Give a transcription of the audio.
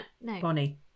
Bonnie